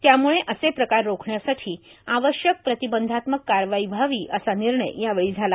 त्याम्ळे असे प्रकार रोखण्यासाठी आवश्यक प्रतिबंधात्मक कारवाई व्हावी असा निर्णय यावेळी झाला